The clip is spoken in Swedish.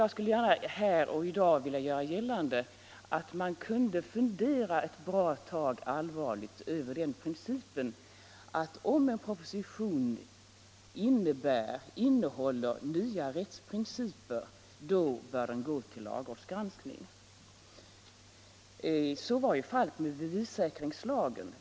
Jag skulle gärna här och i dag vilja göra gällande att man allvarligt kunde fundera ett bra tag över den ordningen att om en proposition innehåller nya rättsprinciper, bör den gå till lagrådsgranskning. Så var ju fallet med bevissäkringslagen.